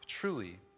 truly